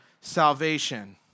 salvation